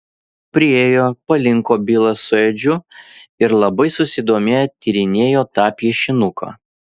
priėjo palinko bilas su edžiu ir labai susidomėję tyrinėjo tą piešinuką